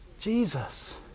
Jesus